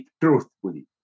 truthfully